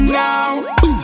now